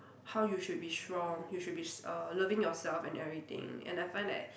how you should be strong you should be s~ uh loving yourself and everything and I find that